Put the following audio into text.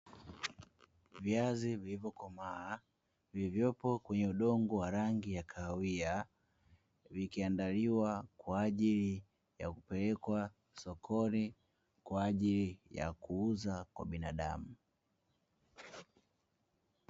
Viazi vilivokomaa, vilivyopo kwenye udongo wa rangi ya kahawia, vikiandaliwa kwa ajili ya kupelekwa sokoni kwa ajili ya kuuzwa kwa binadamu.